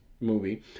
movie